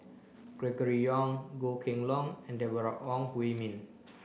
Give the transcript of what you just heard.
Gregory Yong Goh Kheng Long and Deborah Ong Hui Min